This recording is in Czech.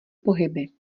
pohyby